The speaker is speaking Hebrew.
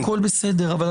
זה